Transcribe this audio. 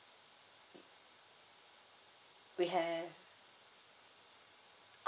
we have